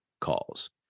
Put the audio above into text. calls